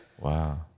Wow